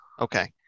Okay